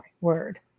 word